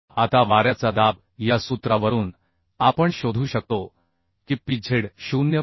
आता वाऱ्याचा दाब या सूत्रावरून आपण शोधू शकतो की pz 0